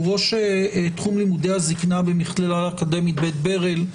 הוא ראש תחום לימודי הזקנה במכללה האקדמית בית ברל.